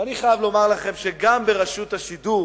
ואני חייב לומר לכם שגם ברשות השידור